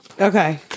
Okay